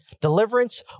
Deliverance